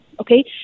okay